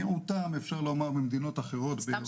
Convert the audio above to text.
מיעוטם אפשר לומר ממדינות אחרות באירופה.